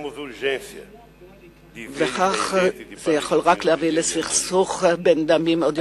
ועלול רק להחריף את סכסוך הדמים.